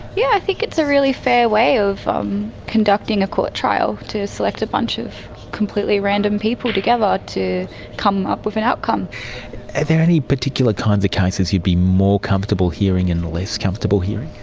yeah, i think it's a really fair way of conducting a court trial, to select a bunch of completely random people together to come up with an outcome. are there any particular kinds of cases you'd be more comfortable hearing and less comfortable hearing?